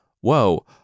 Whoa